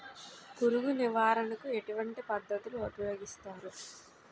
పురుగు నివారణ కు ఎటువంటి పద్ధతులు ఊపయోగిస్తారు?